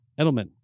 Edelman